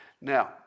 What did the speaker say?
Now